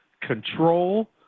control